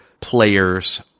players